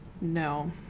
No